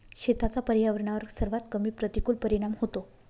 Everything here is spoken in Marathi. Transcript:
शेतीचा पर्यावरणावर सर्वात कमी प्रतिकूल परिणाम होतो